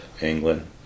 England